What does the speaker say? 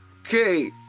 Okay